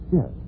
Yes